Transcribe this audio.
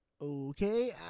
Okay